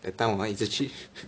that time 我们一直去